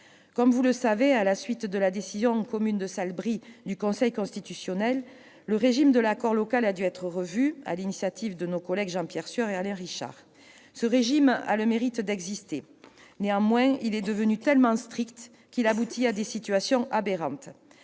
Comme vous le savez, à la suite de la décision du Conseil constitutionnel, le régime de l'accord local a dû être revu- ce fut fait à l'initiative de nos collègues Jean-Pierre Sueur et Alain Richard. Ce régime a le mérite d'exister. Néanmoins, il est devenu tellement strict qu'il aboutit à des situations aberrantes.